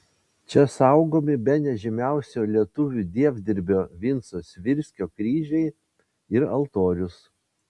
čia saugomi bene žymiausio lietuvių dievdirbio vinco svirskio kryžiai ir altorius